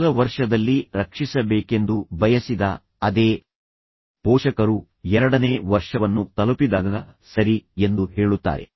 ಮೊದಲ ವರ್ಷದಲ್ಲಿ ರಕ್ಷಿಸಬೇಕೆಂದು ಬಯಸಿದ ಅದೇ ಪೋಷಕರು ಎರಡನೇ ವರ್ಷವನ್ನು ತಲುಪಿದಾಗ ಸರಿ ಎಂದು ಹೇಳುತ್ತಾರೆ